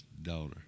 daughter